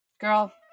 girl